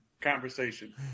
Conversation